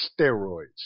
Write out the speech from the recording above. steroids